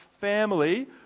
family